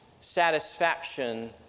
satisfaction